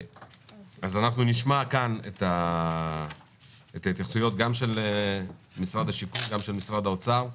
אנחנו נשמע כאן התייחסויות גם של משרד השיכון וגם של משרד האוצר.